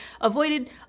avoided